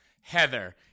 Heather